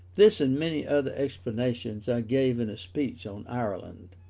this and many other explanations i gave in a speech on ireland,